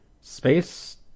space